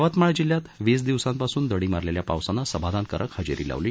यवतमाळ जिल्ह्यात वीस दिवसांपासून दडी मारलेल्या पावसानं समाधानकारक हजेरी लावली